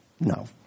no